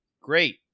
great